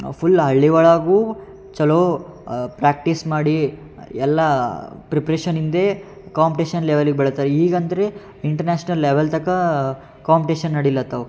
full ಹಳ್ಳಿ ಒಳಗೂ ಚಲೋ ಪ್ರ್ಯಾಕ್ಟೀಸ್ ಮಾಡಿ ಎಲ್ಲ ಪ್ರಿಪ್ರೇಷನಿಂದ ಕಾಂಪ್ಟೇಶನ್ ಲೆವೆಲಿಗೆ ಬೆಳಿತಾರೆ ಈಗ ಅಂದರೆ ಇಂಟ್ರ್ನ್ಯಾಷ್ನಲ್ ಲೆವೆಲ್ ತನಕ ಕಾಂಪ್ಟೇಶನ್ ನಡಿಲತ್ತವೆ